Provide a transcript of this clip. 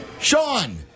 Sean